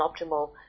optimal